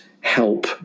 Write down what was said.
help